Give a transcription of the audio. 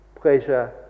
pleasure